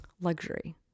luxury